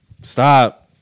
Stop